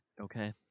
Okay